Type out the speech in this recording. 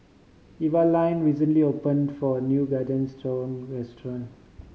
Evaline recently opened for new Garden restaurant